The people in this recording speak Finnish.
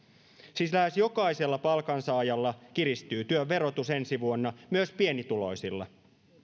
siis lähes jokaisella palkansaajalla kiristyy työn verotus ensi vuonna myös pienituloisilla